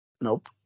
Nope